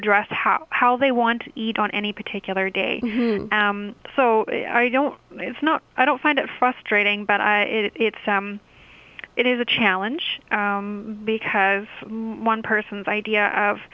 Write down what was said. address how how they want to eat on any particular day so i don't it's not i don't find it frustrating but i it's it is a challenge because one person's idea of